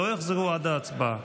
לא יחזרו עד ההצבעה,